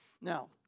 Now